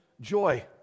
joy